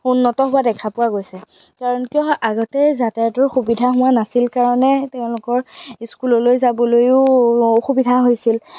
উন্নত হোৱা দেখা পোৱা গৈছে তেওঁলোকে আগতে যাতায়াতৰ সুবিধা হোৱা নাছিল কাৰণে তেওঁলোকৰ স্কুললৈ যাবলৈও অসুবিধা হৈছিল